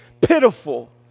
pitiful